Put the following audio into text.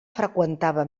freqüentava